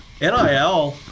NIL